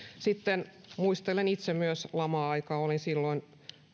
sitten muistelen itse myös lama aikaa olin silloin